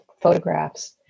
photographs